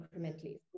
incrementally